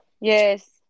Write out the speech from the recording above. Yes